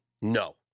No